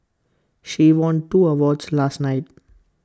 she won two awards last night